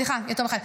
סליחה יתום אחד.